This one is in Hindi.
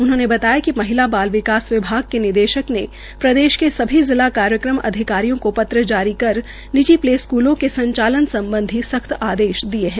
उन्होंने बताया कि महिला बाल विकास विभाग की निदेशक ने प्रदेश के सभी जिला कार्यक्रम अधिकारियों को पत्र जारी कर निजी प्ले स्कूलों के संचालन सम्बधी सख्त आदेश दिए है